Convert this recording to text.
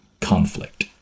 conflict